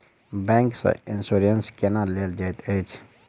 bank सँ insurance केना लेल जाइत अछि